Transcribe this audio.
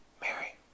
Mary